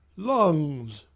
lungs!